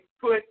put